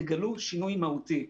תגלו שינוי מהותי.